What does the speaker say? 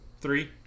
three